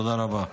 תודה רבה.